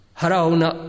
harauna